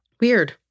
Weird